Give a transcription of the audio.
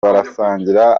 barasangira